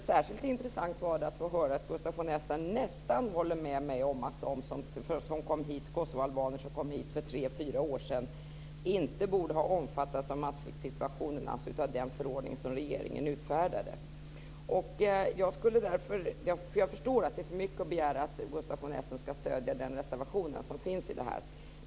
Särskilt intressant var det att få höra att han nästan håller med mig om att de kosovoalbaner som kom hit för tre fyra år sedan inte borde ha omfattats av massflyktssituationen, dvs. av den förordning som regeringen utfärdade. Jag förstår att det är för mycket att begära att Gustaf von Essen ska stödja den reservation som finns.